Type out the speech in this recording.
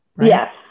Yes